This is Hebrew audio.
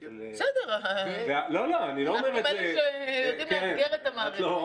בסדר, אנחנו מאלה שיודעים לאתגר את המערכת.